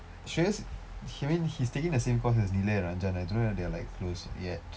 shreyas he mean he's taking the same course as nilan and ranjan I don't know whether they are like close yet